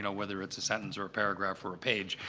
and whether it's a sentence or a paragraph or a page,